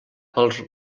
pels